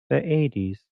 eighties